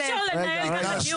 אי אפשר לנהל ככה דיון,